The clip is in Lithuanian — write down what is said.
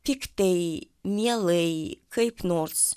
tiktai mielai kaip nors